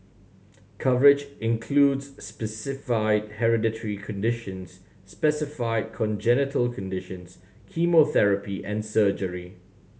coverage includes specified hereditary conditions specified congenital conditions chemotherapy and surgery